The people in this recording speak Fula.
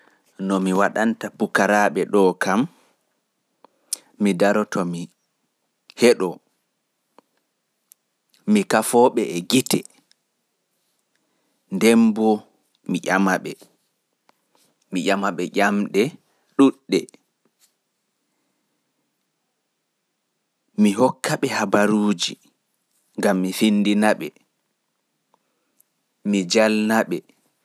Mi daroto mi heɗo, mi kafooɓe gite nden bo mi ƴamaɓe ƴamɗe. Mi hokkaɓe hibaruuji gam mi finndinaɓe mi jalnaɓe.